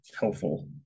helpful